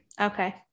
okay